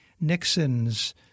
Nixon's